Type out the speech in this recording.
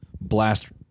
blast